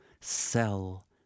sell